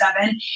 seven